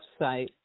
website